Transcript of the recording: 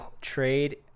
trade